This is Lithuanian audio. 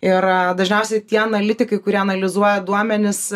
ir dažniausiai tie analitikai kurie analizuoja duomenis